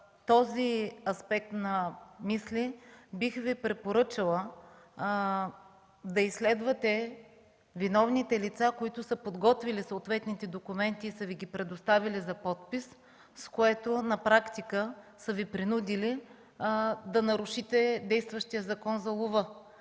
този аспект на мисли бих Ви препоръчала да изследвате виновните лица, които са подготвяли съответните документи и са Ви ги предоставяли за подпис. На практика с това са Ви принудили да нарушите действащия Закон за лова.